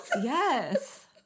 Yes